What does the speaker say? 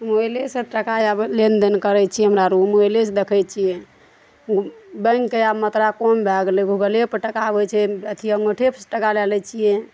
मोबाइले सऽ टका आब लेनदेन करै छियै हमरा आर मोबाइले सऽ देखै छियै बैंकके आब मात्रा कम भऽ गेलै गूगले पर टका आबै छै अथी अंगूठे पर से टका लै लै छियै